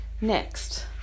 next